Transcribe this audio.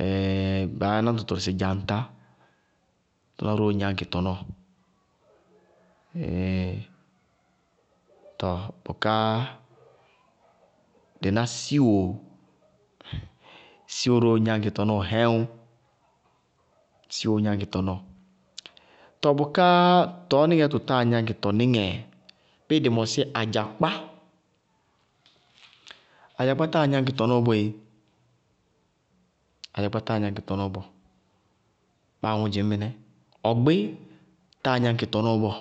baá yá nañtɔ tʋrʋ sɩ dzaŋtá, tʋná róó gnáñkɩ tɔnɔɔ, tɔɔ bʋká dɩ ná síwoo, síwo róó gnáñkɩ tɔnɔɔ hɛwʋŋŋŋ! Síwoo gnáñkɩ tɔnɔɔ. Tɔɔ bʋká tɔɔ níŋɛɛ yáa tʋ táa gnáñkɩ tɔníŋɛɛ, bíɩ dɩ mɔsí adzakpá, adzakpá táa gnáñkɩ tɔnɔɔ boéé, adzakpá táa gnáñkɩ tɔnɔɔ bɔɔ, báa aŋʋ dzɩñ mɩnɛ, ɔgbí táa gnáñkɩ tɔnɔɔ bɔɔ.